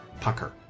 pucker